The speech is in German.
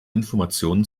informationen